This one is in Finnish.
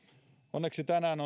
onneksi tänään